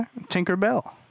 Tinkerbell